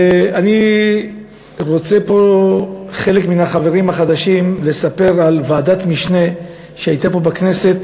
אני רוצה לספר פה לחלק מן החברים החדשים על ועדת משנה שהייתה פה בכנסת